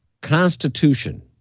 constitution